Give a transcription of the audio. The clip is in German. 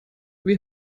wie